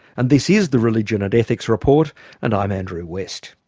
and this is the religion and ethics report and i'm andrew west